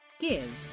GIVE